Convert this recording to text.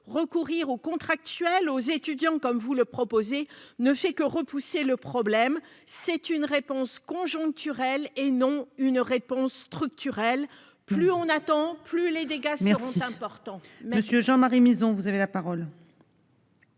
Recourir aux contractuels et aux étudiants, comme vous le proposez, ne fait que reporter la recherche d'une solution au problème. C'est une réponse conjoncturelle et pas une réponse structurelle. Plus on attend, plus les dégâts seront importants.